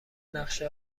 نقشه